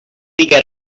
digué